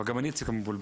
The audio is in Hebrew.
גם אני קצת מבולבל,